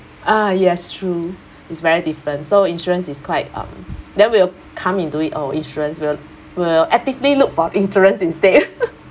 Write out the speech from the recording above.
uh yes true it's very different so insurance is quite um then we'll come into it our insurance will will actively look for interest instead